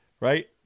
right